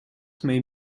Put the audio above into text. may